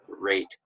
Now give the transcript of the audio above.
rate